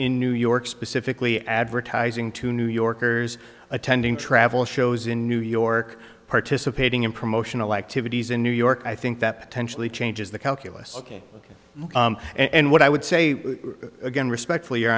in new york specifically advertising to new yorkers attending travel shows in new york participating in promotional activities in new york i think that potentially changes the calculus ok ok and what i would say again respectfully